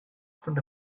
front